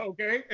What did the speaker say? Okay